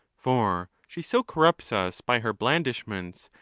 for she so corrupts us by her blandishments,